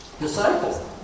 disciple